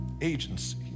agency